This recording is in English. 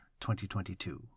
2022